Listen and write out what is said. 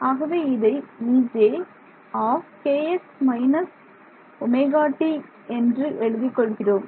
ஆகவே இதை ejkx−ωt என்று எழுதிக் கொள்ளலாம்